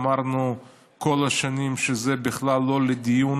אמרנו כל השנים שזה בכלל לא לדיון,